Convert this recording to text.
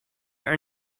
are